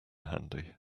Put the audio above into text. handy